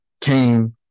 came